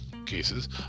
cases